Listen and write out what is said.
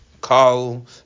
call